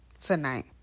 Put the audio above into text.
tonight